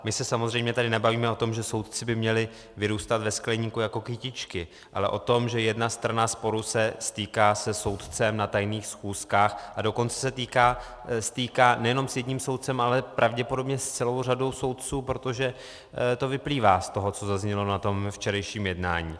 My se samozřejmě tady nebavíme o tom, že soudci by měli vyrůstat ve skleníku jako kytičky, ale o tom, že jedna strana sporu se stýká se soudcem na tajných schůzkách, a dokonce se stýká nejen s jedním soudcem, ale pravděpodobně s celou řadou soudců, protože to vyplývá z toho, co zaznělo na včerejším jednání.